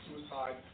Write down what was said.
suicide